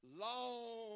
long